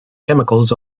chemicals